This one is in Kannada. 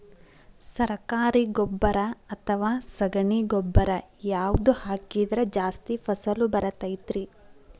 ಸರಕಾರಿ ಗೊಬ್ಬರ ಅಥವಾ ಸಗಣಿ ಗೊಬ್ಬರ ಯಾವ್ದು ಹಾಕಿದ್ರ ಜಾಸ್ತಿ ಫಸಲು ಬರತೈತ್ರಿ?